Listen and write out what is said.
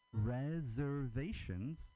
Reservations